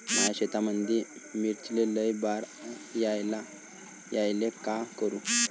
माया शेतामंदी मिर्चीले लई बार यायले का करू?